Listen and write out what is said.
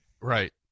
Right